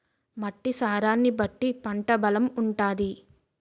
మట్టి సారాన్ని బట్టి పంట బలం ఉంటాది